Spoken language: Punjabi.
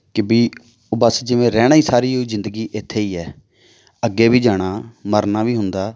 ਕਿ ਵੀ ਬਸ ਜਿਵੇਂ ਰਹਿਣਾ ਹੀ ਸਾਰੀ ਹੋਈ ਜ਼ਿੰਦਗੀ ਇੱਥੇ ਹੀ ਹੈ ਅੱਗੇ ਵੀ ਜਾਣਾ ਮਰਨਾ ਵੀ ਹੁੰਦਾ